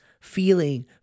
feeling